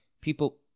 people